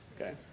Okay